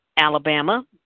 Alabama